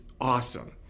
awesome